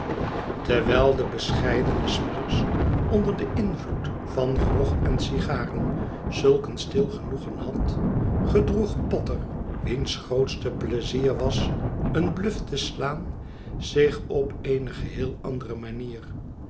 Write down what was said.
terwijl de bescheidene smithers onder den invloed van grog en sigaren zulk een stil genoegen had gedroeg potter wiens grootste pleizier was een bluf te slaan zich op eene geheel and ere manier